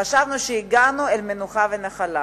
חשבנו שהגענו אל המנוחה והנחלה.